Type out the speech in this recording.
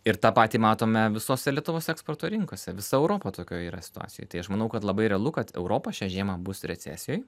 ir tą patį matome visose lietuvos eksporto rinkose visa europa tokioj yra situacijoj tai aš manau kad labai realu kad europa šią žiemą bus recesijoj